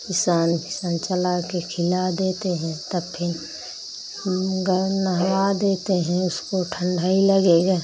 किसान पिसान चला के खिला देते हैं तब फिर हम गाय नहवा देते हैं उसको ठंड लगेगी